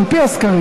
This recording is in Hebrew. על פי הסקרים,